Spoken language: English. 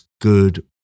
good